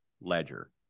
ledger